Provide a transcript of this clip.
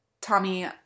Tommy